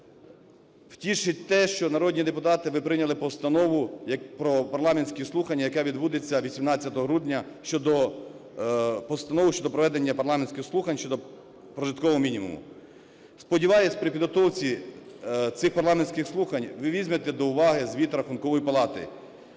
Втішить те, що, народні депутати, ви прийняли постанову про парламентські слухання, які відбудуться 18 грудня щодо… постанови про проведення парламентських слухань щодо прожиткового мінімуму. Сподіваюсь, при підготовці цих парламентських слухань ви візьмете до уваги звіт Рахункової палати